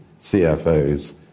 CFOs